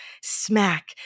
smack